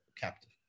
captive